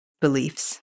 beliefs